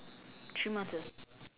three months